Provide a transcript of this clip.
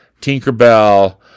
Tinkerbell